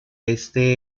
este